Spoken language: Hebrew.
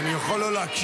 אני יכול לא להקשיב לך?